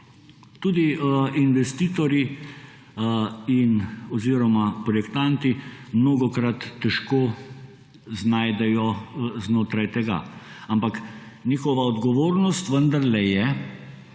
tudi investitorji oziroma projektanti mnogokrat težko znajdejo znotraj tega. Ampak njihova odgovornost vendarle je,